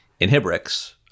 Inhibrix